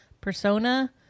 Persona